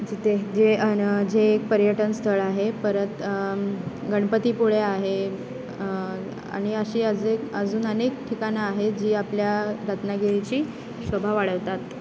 जिथे जे आणि जे एक पर्यटन स्थळ आहे परत गणपतीपुळे आहे आणि अशी अज अजून अनेक ठिकाणं आहेत जी आपल्या रत्नागिरीची शोभा वाढवतात